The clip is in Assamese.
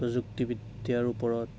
প্ৰযুক্তিবিদ্যাৰ ওপৰত